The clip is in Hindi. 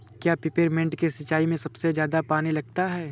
क्या पेपरमिंट की सिंचाई में सबसे ज्यादा पानी लगता है?